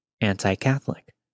Anti-Catholic